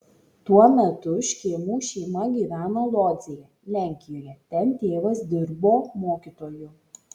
tuo metu škėmų šeima gyveno lodzėje lenkijoje ten tėvas dirbo mokytoju